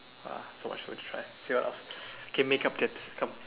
!wah! so much food to try see what else okay makeup tips come